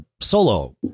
solo